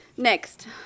Next